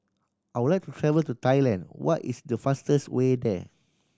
I would like to travel to Thailand what is the fastest way there